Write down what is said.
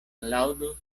laŭdu